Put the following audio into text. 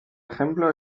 ejemplo